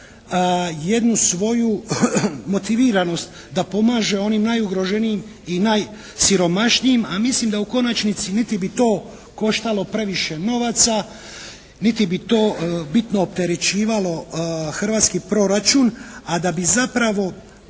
jednu svoju motiviranost da pomaže onim najugroženijim i najsiromašnijim. A mislim da u konačnici niti bi to koštalo previše novaca, niti bi to bitno opterećivalo hrvatski proračun, a da bi zapravo